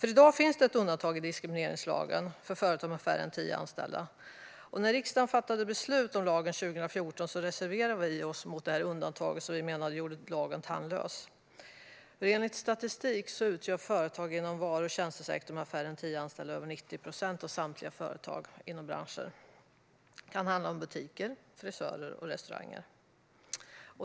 I dag finns det ett undantag i diskrimineringslagen för företag med färre än tio anställda. När riksdagen fattade beslut om lagen 2014 reserverade vi oss mot detta undantag, som vi menade gjorde lagen tandlös. Enligt statistik utgör inom varu och tjänstesektorn företag med färre än tio anställda över 90 procent av samtliga företag inom dessa branscher. Det kan handla om butiker, frisörer och restauranger.